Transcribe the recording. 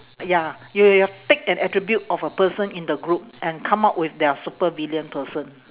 ya you you take an attribute of a person in the group and come up with their supervillain person